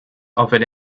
offered